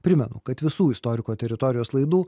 primenu kad visų istoriko teritorijos laidų